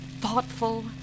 thoughtful